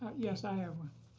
yes, i have one.